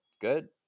good